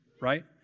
right